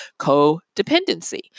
codependency